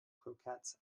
croquettes